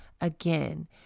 Again